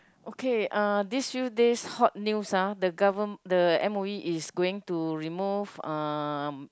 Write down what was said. okay uh these few days hot news ah the gover~ the m_o_e is going to remove uh